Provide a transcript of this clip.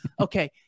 Okay